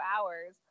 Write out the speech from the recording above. hours